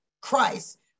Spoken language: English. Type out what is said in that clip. Christ